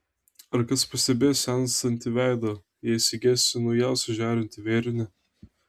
ar kas pastebės senstantį veidą jei segėsi naujausią žėrintį vėrinį